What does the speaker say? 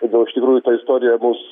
todėl iš tikrųjų ta istorija mus